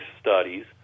studies